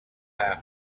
happen